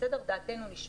דעתנו נשמעת.